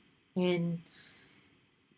and